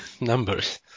numbers